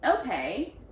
okay